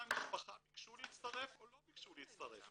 המשפחה ביקשו להצטרף או לא ביקשו להצטרף.